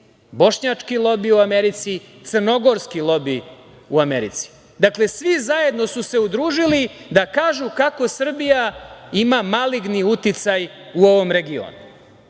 bošnjački lobi u Americi, crnogorski lobi u Americi. Dakle, svi zajedno su se udružili da kažu kako Srbija ima maligni uticaj u ovom regionu. Čekajte